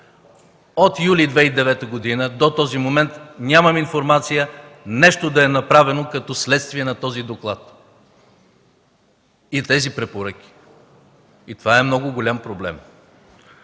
юли 2009 г. до този момент нямам информация да е направено нещо като следствие на този доклад и тези препоръки. Това е много голям проблем!